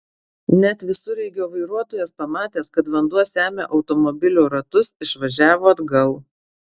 net visureigio vairuotojas pamatęs kad vanduo semia automobilio ratus išvažiavo atgal